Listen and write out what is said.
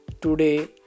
today